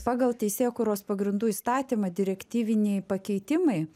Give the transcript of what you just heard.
pagal teisėkūros pagrindų įstatymą direktyviniai pakeitimai